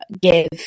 give